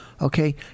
Okay